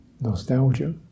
nostalgia